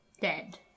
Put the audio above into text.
Dead